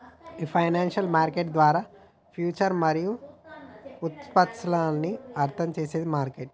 ఈ financial market ద్వారా future మరియు ఉత్పన్నాలను అర్థం చేసేది మార్కెట్